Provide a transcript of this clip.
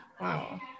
Wow